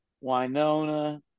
Winona